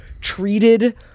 treated